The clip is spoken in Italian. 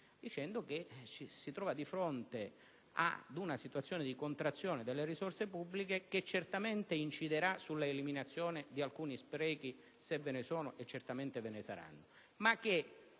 scritto che si trova di fronte ad una situazione di contrazione delle risorse pubbliche che certamente inciderà sull'eliminazione di alcuni sprechi (se ve ne sono, e certamente ve ne saranno), ma che,